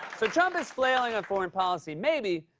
so trump is flailing on foreign policy. maybe,